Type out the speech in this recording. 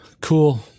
cool